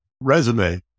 resume